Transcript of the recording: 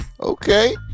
Okay